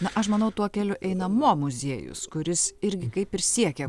na aš manau tuo keliu eina mo muziejus kuris irgi kaip ir siekia